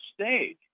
stage